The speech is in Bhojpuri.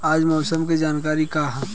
आज मौसम के जानकारी का ह?